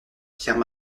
pierre